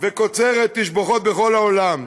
וקוצרת תשבחות בכל העולם.